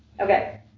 Okay